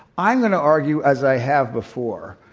i'm going to argue as i have before,